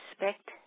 respect